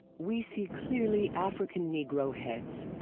we see clearly african negro heads.